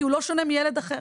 כי הוא לא שונה מילד אחר.